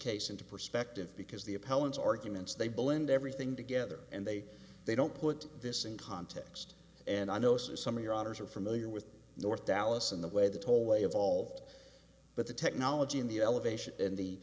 case into perspective because the appellants arguments they blend everything together and they they don't put this in context and i know some of your authors are familiar with north dallas and the way the tollway evolved but the technology and the elevation and the